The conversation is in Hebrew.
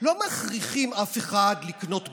שלא מכריחים אף אחד לקנות בשבת.